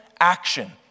action